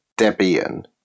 Debian